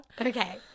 Okay